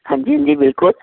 ਹਾਂਜੀ ਹਾਂਜੀ ਬਿਲਕੁਲ